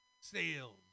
sales